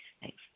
thanks